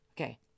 Okay